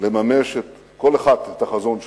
לממש כל אחת את החזון שלה.